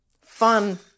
Fun